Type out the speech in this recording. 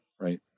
right